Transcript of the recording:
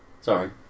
Sorry